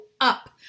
up